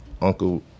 Uncle